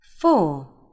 four